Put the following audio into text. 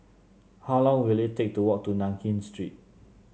how long will it take to walk to Nankin Street